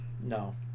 No